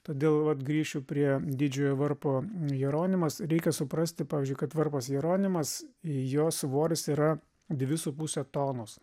todėl vat grįšiu prie didžiojo varpo jeronimas reikia suprasti pavyzdžiui kad varpas jeronimas jo svoris yra dvi su puse tonos